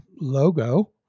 logo